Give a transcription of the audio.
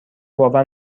باور